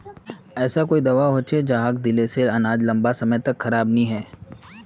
ऐसा कोई दाबा होचे जहाक दिले से अनाज लंबा समय तक खराब नी है?